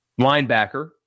linebacker